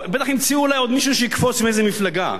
בטח ימצאו עוד מישהו שיקפוץ מאיזו מפלגה.